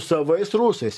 savais rusais